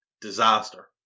disaster